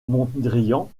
mondrian